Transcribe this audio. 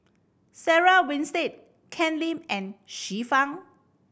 Sarah Winstedt Ken Lim and Xiu Fang